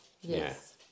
Yes